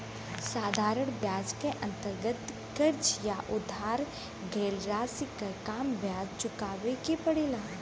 साधारण ब्याज क अंतर्गत कर्ज या उधार गयल राशि पर कम ब्याज चुकावे के पड़ेला